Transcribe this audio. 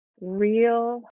real